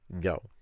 go